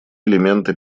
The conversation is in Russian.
элементы